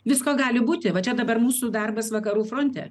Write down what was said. visko gali būti va čia dabar mūsų darbas vakarų fronte